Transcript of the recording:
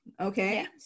Okay